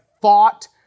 fought